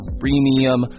premium